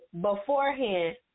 beforehand